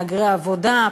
מהגרי עבודה,